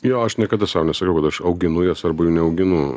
jo aš niekada sau nesakau kad aš auginu jas arba jų neauginu